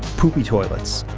poopy toilets,